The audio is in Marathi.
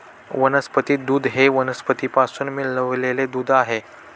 वनस्पती दूध हे वनस्पतींपासून बनविलेले दूध आहे